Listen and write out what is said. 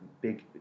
big